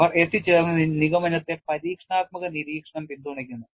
അവർ എത്തിച്ചേർന്ന നിഗമനത്തെ പരീക്ഷണാത്മക നിരീക്ഷണം പിന്തുണയ്ക്കുന്നു